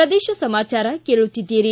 ಪ್ರದೇಶ ಸಮಾಚಾರ ಕೇಳುತ್ತೀದ್ದಿರಿ